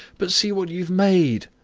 but see what you have made!